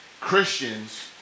Christians